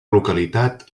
localitat